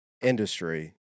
industry